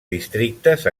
districtes